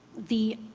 the